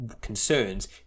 concerns